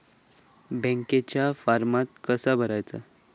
बँकेच्या फारमात काय भरायचा?